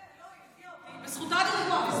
לא, היא הפתיעה אותי, בזכותה אני רגועה.